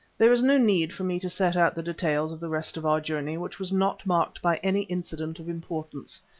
there is no need for me to set out the details of the rest of our journey, which was not marked by any incident of importance.